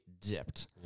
dipped